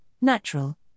natural